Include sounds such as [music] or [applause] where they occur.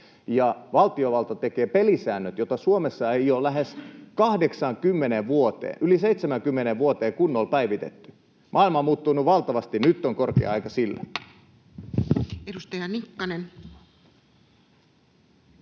Valtiovalta tekee pelisäännöt, joita Suomessa ei ole lähes 80 vuoteen, yli 70 vuoteen, kunnolla päivitetty. Maailma on muuttunut valtavasti, [noise] ja